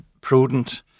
prudent